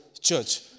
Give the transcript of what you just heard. church